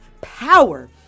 Power